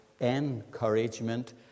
encouragement